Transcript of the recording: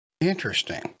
interesting